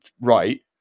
right